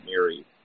Mary